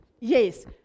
Yes